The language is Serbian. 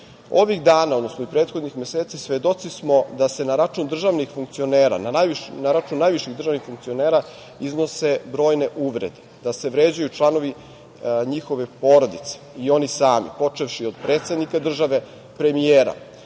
dana, odnosno prethodnih meseci, svedoci smo da se na račun najviših državnih funkcionera iznose brojne uvrede, da se vređaju članovi njihove porodice i oni sami, počevši od predsednika države, premijera.